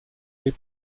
lait